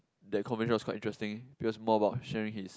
that conversation was quite interesting it was more about sharing his